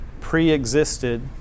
Pre-existed